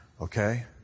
Okay